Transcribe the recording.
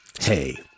Hey